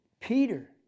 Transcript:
Peter